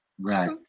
Right